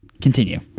continue